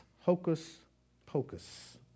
hocus-pocus